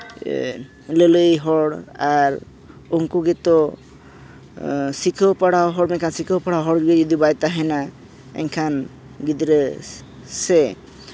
ᱞᱟᱹᱞᱟᱹᱭ ᱦᱚᱲ ᱟᱨ ᱩᱱᱠᱩ ᱜᱮᱛᱚ ᱥᱤᱠᱷᱟᱹᱣ ᱯᱟᱲᱦᱟᱣ ᱦᱚᱲ ᱞᱮᱠᱟ ᱥᱤᱠᱷᱟᱹᱣ ᱯᱟᱲᱦᱟᱣ ᱦᱚᱲᱜᱮ ᱡᱩᱫᱤ ᱵᱟᱭ ᱛᱟᱦᱮᱱᱟᱭ ᱮᱱᱠᱷᱟᱱ ᱜᱤᱫᱽᱨᱟᱹ ᱥᱮ